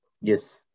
Yes